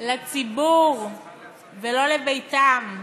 לציבור ולא לביתם.